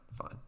fine